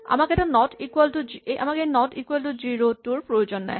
আমাক এই not equal to zero টোৰ প্ৰয়োজন নাই